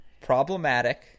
Problematic